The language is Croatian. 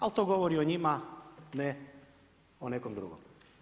Ali to govori o njima ne o nekom drugom.